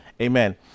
amen